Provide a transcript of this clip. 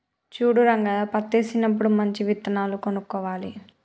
చూడు రంగయ్య పత్తేసినప్పుడు మంచి విత్తనాలు కొనుక్కోవాలి